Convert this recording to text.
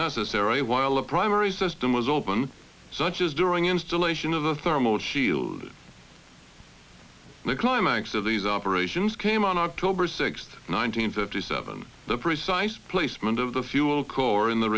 necessary while the primary system was open such as during installation of the thermal shield the climax of these operations came on october sixth nineteen fifty seven the precise placement of the fuel core in the